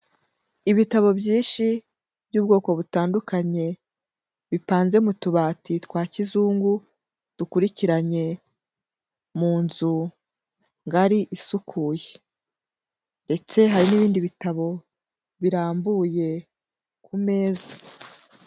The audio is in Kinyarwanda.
Ibitabo byinshi by'ubwoko butandukanye bipanze mu tubati twa kizungu, dukurikiranye mu nzu ngari isukuye. Ndetse hari n'ibindi bitabo birambuye ku meza.